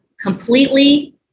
completely